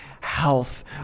health